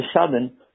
sudden